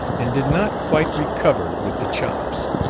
and did not quite recover with the chops.